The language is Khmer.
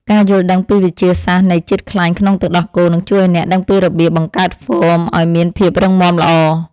ការយល់ដឹងពីវិទ្យាសាស្ត្រនៃជាតិខ្លាញ់ក្នុងទឹកដោះគោ នឹងជួយឱ្យអ្នកដឹងពីរបៀបបង្កើតហ្វូមឱ្យមានភាពរឹងមាំល្អ។